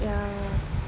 yeah